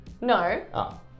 No